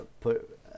put